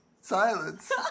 silence